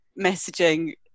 messaging